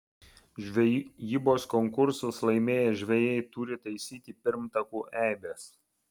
žvejybos konkursus laimėję žvejai turi taisyti pirmtakų eibes